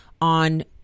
on